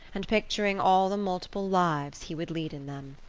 and picturing all the multiple lives he would lead in them.